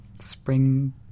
Spring